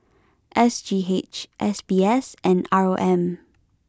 S G H S B S and R O M